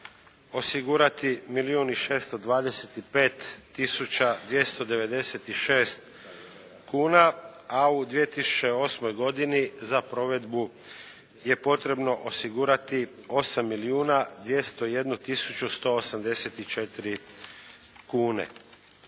tisuća 296 kuna, a u 2008. godini za provedbu je potrebno osigurati 8 milijuna